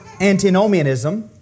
antinomianism